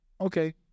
Okay